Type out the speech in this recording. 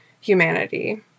humanity